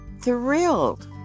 thrilled